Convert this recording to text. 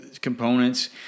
components